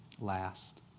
Last